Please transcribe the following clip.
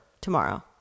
tomorrow